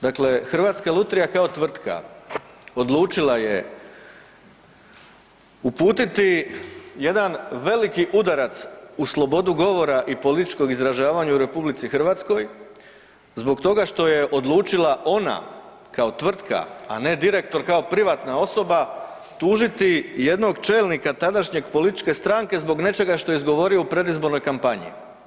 Dakle, Hrvatska lutrija kao tvrtka odlučila je uputiti jedan veliki udarac u slobodu govora i političkog izražavanja u RH zbog toga što je odlučila ona kao tvrtka, a ne direktor kao privatna osoba tužiti jednog čelnika tadašnjeg političke stranke zbog nečega što je izgovorio u predizbornoj kampanji.